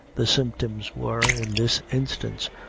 the symptoms were, in this instance,